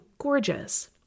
Gorgeous